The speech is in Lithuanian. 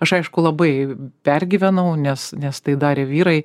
aš aišku labai pergyvenau nes nes tai darė vyrai